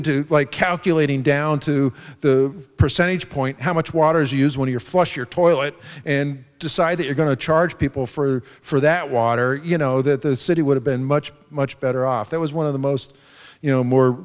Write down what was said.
into like calculating down to the percentage point how much water is used when you're flush your toilet and decide that you're going to charge people for for that water you know that the city would have been much much better off that was one of the most you know more